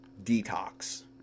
detox